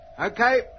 Okay